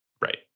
Right